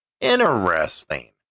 Interesting